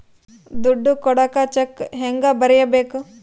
ದುಡ್ಡು ಕೊಡಾಕ ಚೆಕ್ ಹೆಂಗ ಬರೇಬೇಕು?